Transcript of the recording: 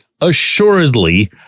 assuredly